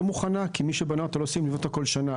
מוכנה כי מי שבנה אותה לא סיים לבנות הכול תוך שנה,